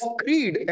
creed